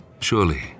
Surely